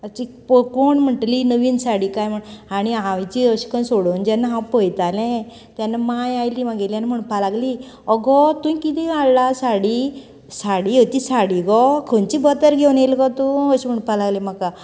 अच्ची पो कोण म्हणटलीं ही नवीन साडी काय म्हूण आनी हांव जी अशें करून सोडून जेन्ना हांव पळयतालें तेन्ना मांय आयली आमगेली आनी म्हणपाक लागली अगो तुयें कितें हाडला साडी साडी हिती साडी गो खंयची बथर घेवन येयल गो तूं अशें म्हणपाक लागली म्हाका